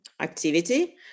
activity